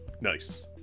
Nice